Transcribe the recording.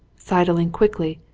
sidling quickly,